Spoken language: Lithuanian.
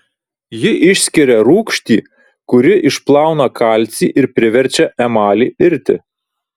ji išskiria rūgštį kuri išplauna kalcį ir priverčia emalį irti